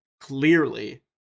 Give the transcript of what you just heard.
clearly